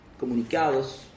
comunicados